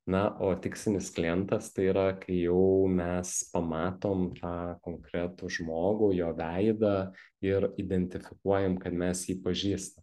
na o tikslinis klientas tai yra kai jau mes pamatom tą konkretų žmogų jo veidą ir identifikuojam kad mes jį pažįsta